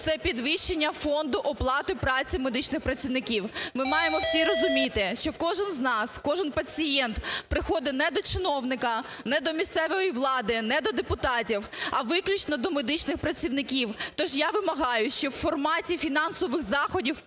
це підвищення фонду оплати праці медичних працівників. Ми маємо всі розуміти, що кожен з нас, кожен пацієнт приходить не до чиновника, не до місцевої влади, не до депутатів, а виключно до медичних працівників. Тож я вимагаю, щоб у форматі фінансових заходів,